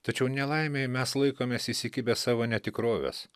tačiau nelaimei mes laikomės įsikibę savo netikrovės